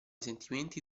sentimenti